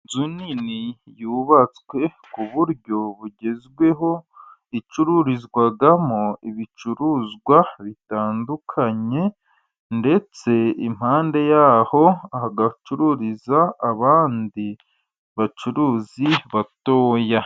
Inzu nini yubatswe ku buryo bugezweho icururizwamo ibicuruzwa bitandukanye, ndetse impande yaho hagacururiza abandi bacuruzi batoya.